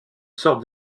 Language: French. sorte